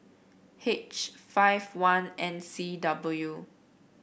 H five one N C W